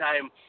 time